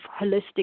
holistic